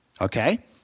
Okay